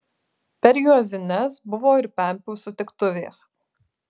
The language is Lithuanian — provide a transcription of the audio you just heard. per juozines buvo ir pempių sutiktuvės